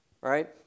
right